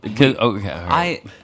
okay